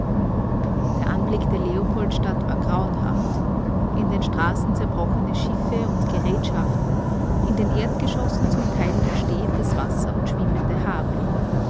der anblick der leopoldstadt war grauenhaft in den straßen zerbrochene schiffe und gerätschaften in den erdgeschossen zum teil noch stehendes wasser und schwimmende habe